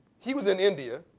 he was in india,